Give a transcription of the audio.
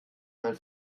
mein